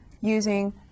using